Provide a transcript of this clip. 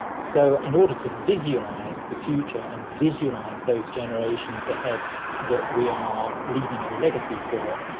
so in order to visualise the future and visualise those generations ahead that we are leaving a legacy for,